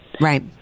right